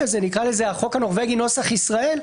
שנקרא לזה "החוק הנורבגי נוסח ישראל",